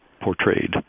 portrayed